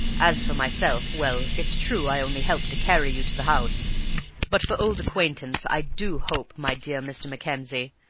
as for myself, well, it's true i only helped to carry you to the house but for old acquaintance i do hope, my dear mr. mackenzie,